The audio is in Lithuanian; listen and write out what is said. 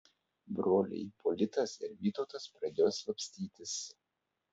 broliai ipolitas ir vytautas pradėjo slapstytis